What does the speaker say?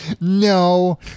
No